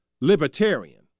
libertarian